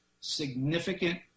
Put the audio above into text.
significant